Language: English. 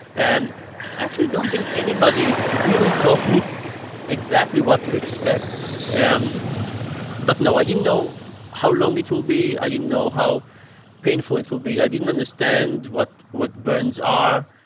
and actually don't think anybody really told me exactly what to expect. and but no, i didn't know how long it will be. i didn't know how painful it will be. i didn't understand what what burns are.